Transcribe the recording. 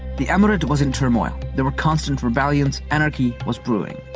the emirate was in turmoil. there were constant rebellions. anarchy was brewing.